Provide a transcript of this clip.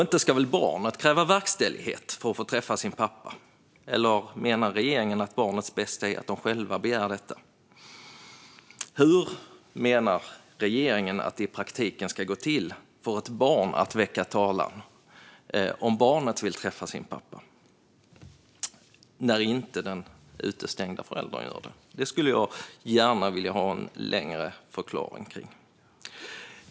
Inte ska barnet kräva verkställighet för att få träffa sin pappa, eller menar regeringen att barnets bästa är att barnet själv ska begära detta? Hur menar regeringen att det i praktiken ska gå till för ett barn att väcka talan om barnet vill träffa sin pappa när den utestängda föräldern inte gör det? Det skulle jag gärna vilja ha en längre förklaring till.